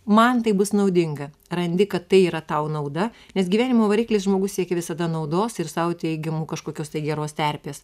man tai bus naudinga randi kad tai yra tau nauda nes gyvenimo variklis žmogus siekia visada naudos ir sau teigiamų kažkokios tai geros terpės